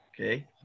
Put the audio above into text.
Okay